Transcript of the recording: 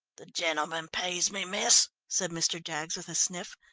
the gentleman pays me, miss, said mr. jaggs with a sniff.